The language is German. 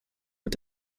mit